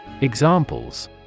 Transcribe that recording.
Examples